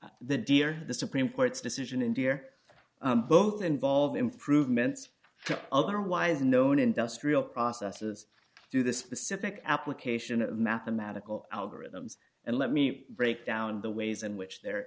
nations the dear the supreme court's decision in deer both involve improvements otherwise known industrial processes to the specific application of mathematical algorithms and let me break down the ways in which they're